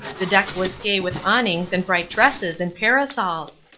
the deck was gay with awnings and bright dresses and parasols.